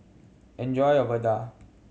enjoy your vadai